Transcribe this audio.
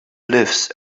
lives